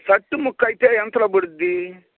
shirt ముక్కయితే ఎంతలో పడుతుంది